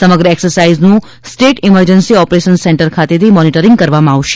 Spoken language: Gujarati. સમગ્ર એક્સાઇઝનું સ્ટેટ ઇમરજન્સી ઓપરેશન સેન્ટર ખાતેથી મોનીટરીંગ કરવામાં આવશે